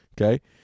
Okay